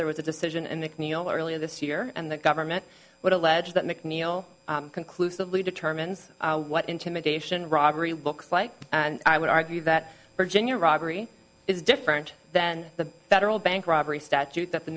there was a decision and macneil earlier this year and the government would allege that mcneil conclusively determines what intimidation robbery looks like and i would argue that virginia robbery is different than the federal bank robbery statute that the